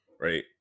Right